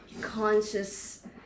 conscious